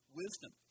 wisdom